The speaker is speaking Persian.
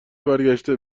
برگشته